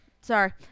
Sorry